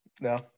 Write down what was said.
no